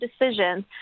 decisions